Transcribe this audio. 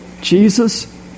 Jesus